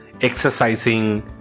exercising